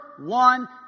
one